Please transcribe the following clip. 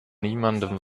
niemandem